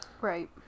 Right